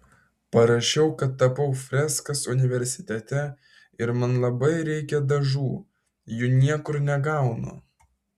parašiau kad tapau freskas universitete ir man labai reikia dažų jų niekur negaunu